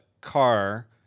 car